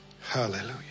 Hallelujah